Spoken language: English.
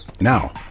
Now